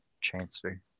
transfer